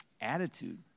attitude